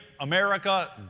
America